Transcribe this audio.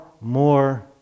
more